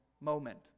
moment